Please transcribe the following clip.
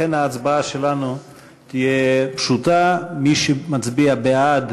לכן ההצבעה שלנו תהיה פשוטה: מי שמצביע בעד,